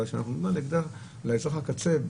אבל שאנחנו באים נגדם באזרח הקצה,